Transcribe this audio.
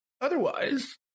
Otherwise